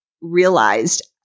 realized